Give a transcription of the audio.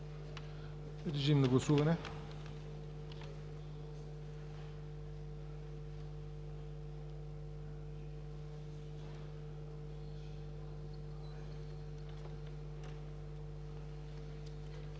Режим на гласуване.